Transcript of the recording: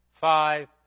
five